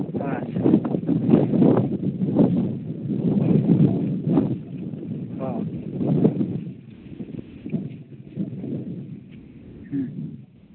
ᱟᱪᱪᱷᱟ ᱚ ᱦᱩᱸ